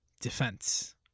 defense